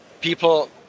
people